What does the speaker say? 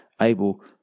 able